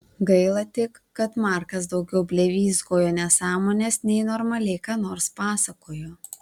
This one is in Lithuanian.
gaila tik kad markas daugiau blevyzgojo nesąmones nei normaliai ką nors pasakojo